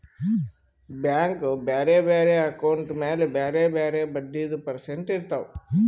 bank ಬ್ಯಾರೆ ಬ್ಯಾರೆ account ಮ್ಯಾಲ ಬ್ಯಾರೆ ಬ್ಯಾರೆ ಬಡ್ಡಿದು ಪರ್ಸೆಂಟ್ ಇರ್ತಾವ್